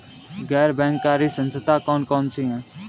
गैर बैंककारी संस्थाएँ कौन कौन सी हैं?